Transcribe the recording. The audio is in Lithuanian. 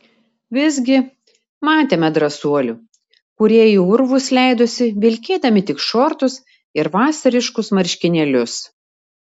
visgi matėme drąsuolių kurie į urvus leidosi vilkėdami tik šortus ir vasariškus marškinėlius